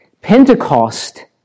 Pentecost